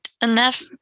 enough